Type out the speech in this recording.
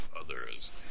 others